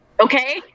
okay